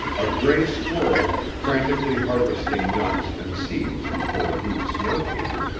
a gray squirrel, frantically harvesting nuts and seeds before deep snow came,